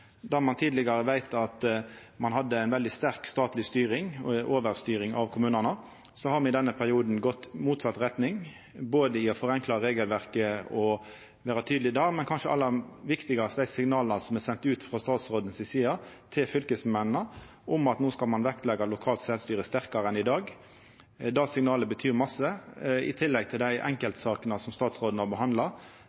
Der ein tidlegare hadde ei veldig sterk statleg styring – overstyring av kommunane – har me i denne perioden gått i motsett retning ved å forenkla regelverket og vera tydelege der. Men kanskje aller viktigast er dei signala som er sende ut frå statsrådens side til fylkesmennene om at no skal ein vektleggja lokalt sjølvstyre sterkare enn i dag. Det signalet betyr mykje i tillegg til dei